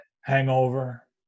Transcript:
Hangover